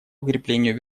укреплению